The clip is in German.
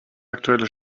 aktuelle